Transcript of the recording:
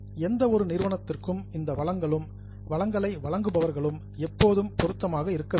எந்த ஒரு நிறுவனத்துக்கும் இந்த வளங்களும் வளங்களை வழங்குபவர்களும் எப்போதும் பொருத்தமாக இருக்க வேண்டும்